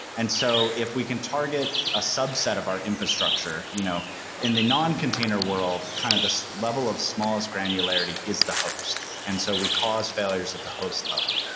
and so if we can target a subset of our infrastructure you know in the non container world, kind of the level of smallest granularity, is the host, and so we cause failures at the host level,